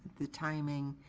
the timing